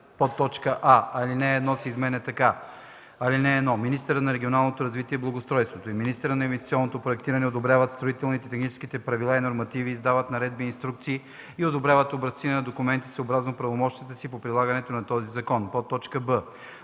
В § 18: а) алинея 1 се изменя така: „(1) Министърът на регионалното развитие и благоустройството и министърът на инвестиционното проектиране одобряват строителни и технически правила и нормативи, издават наредби и инструкции и одобряват образци на документи съобразно правомощията си по прилагането на този закон.” б) в ал.